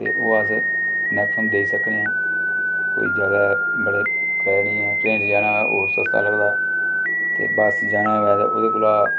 ते ओह् अस मैक्सिमम देई सकने आं कोई ज्यादा मता कराया नि ऐ ट्रेन च जाना होऐ होर सस्ता लगदा ते बस च जाना होऐ ते ओह्दे कोला